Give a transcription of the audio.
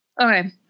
Okay